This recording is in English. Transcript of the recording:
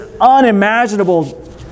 unimaginable